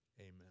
Amen